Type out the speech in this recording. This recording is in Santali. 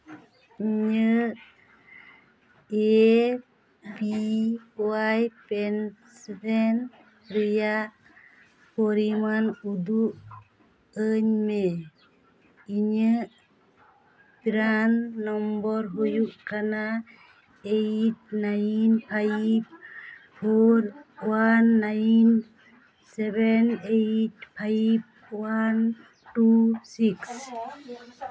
ᱤᱧᱟᱹᱜ ᱮ ᱯᱤ ᱳᱟᱭ ᱯᱮᱱᱥᱚᱱ ᱨᱮᱭᱟᱜ ᱯᱚᱨᱤᱢᱟᱱ ᱩᱫᱩᱜ ᱟᱹᱧ ᱢᱮ ᱤᱧᱟᱹᱜ ᱯᱨᱟᱱ ᱱᱚᱢᱵᱚᱨ ᱦᱩᱭᱩᱜ ᱠᱟᱱᱟ eight nine five four one nine seven eight five one two six